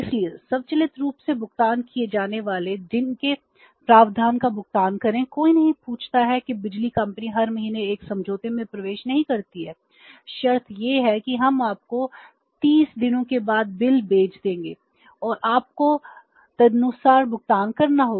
इसलिए स्वचालित रूप से भुगतान किए जाने वाले दिन के प्रावधान का भुगतान करें कोई नहीं पूछता है कि बिजली कंपनी हर महीने एक समझौते में प्रवेश नहीं करती है शर्त यह है कि हम आपको 30 दिनों के बाद बिल भेज देंगे और आपको तदनुसार भुगतान करना होगा